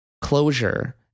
closure